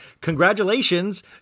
congratulations